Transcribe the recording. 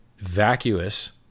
vacuous